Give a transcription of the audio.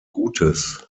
gutes